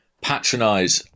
patronize